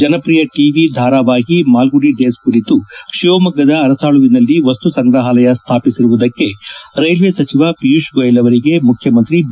ಜನಪ್ರಿಯ ಟವಿ ಧಾರವಾಹಿ ಮಾಲ್ಗುಡಿ ಡೇಸ್ ಕುರಿತು ತಿವಮೊಗ್ಗದ ಅರಸಾಳುವಿನಲ್ಲಿ ವಸ್ತು ಸಂಗ್ರಹಾಲಯ ಸ್ನಾಪಿಸಿರುವುದಕ್ಕೆ ರೈಲ್ಲೆ ಸಚಿವ ಪಿಯೂಷ್ ಗೋಯಲ್ ಅವರಿಗೆ ಮುಖ್ಯಮಂತ್ರಿ ಬಿ